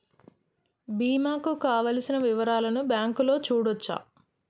బీమా కు కావలసిన వివరాలను బ్యాంకులో చూడొచ్చా?